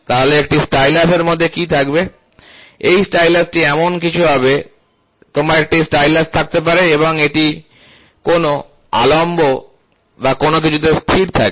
তাহলে একটি স্টাইলাস এর মধ্যে কি ঘটবে এই স্টাইলাসটি এমন কিছু হবে তোমার একটি স্টাইলাস থাকতে পারে এবং এটি কোনও আলম্ব বা কোনও কিছুতে স্থির রয়েছে